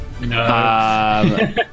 No